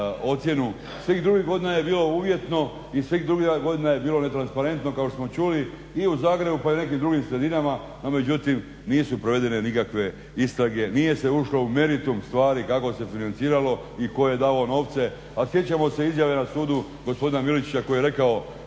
svih drugih godina je bilo uvjetno i svih drugih godina je bilo netransparentno kao što smo čuli i u Zagrebu pa i u nekim drugim sredinama no međutim nisu provedene nikakve istrage, nije se ušlo u meritum stvari kako se financiralo i tko je davao novce. A sjećamo se izjave na sudu gospodina Miličića koji je rekao,